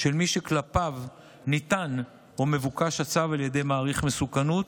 של מי שכלפיו ניתן או מבוקש הצו על ידי מעריך מסוכנות,